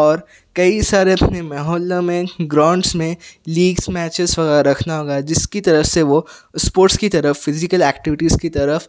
اور کئی سارے اپنے محلوں میں گراؤنڈس میں لیگس میچیز وغیرہ رکھنا ہوگا جس کی طرف وہ اسپوڑٹس کی طرح فیزیکل ایکٹیوٹیز کی طرف